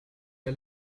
der